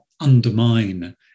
undermine